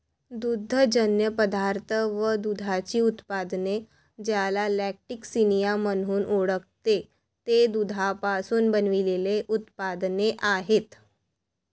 दुग्धजन्य पदार्थ व दुधाची उत्पादने, ज्याला लॅक्टिसिनिया म्हणून ओळखते, ते दुधापासून बनविलेले उत्पादने आहेत